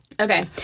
okay